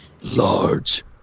Large